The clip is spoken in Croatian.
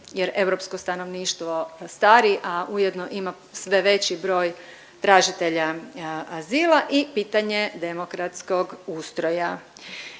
jer europsko stanovništvo stari, a ujedno ima sve veći broj tražitelja azila i pitanje demokratskog ustroja.